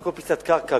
על כל פיסת קרקע,